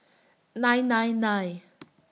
nine nine nine